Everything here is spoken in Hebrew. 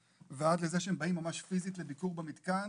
ועד לזה שהם באים ממש פיזית לביקור במתקן,